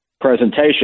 presentation